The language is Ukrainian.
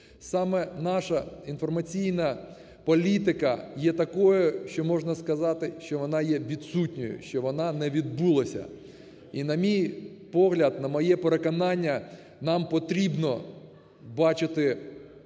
Саме наша інформаційна політика є такою, що можна сказати, що вона є відсутньою, що вона не відбулася. І на мій погляд, на моє переконання, нам потрібно бачити